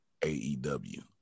aew